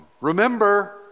remember